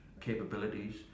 capabilities